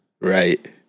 Right